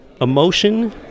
emotion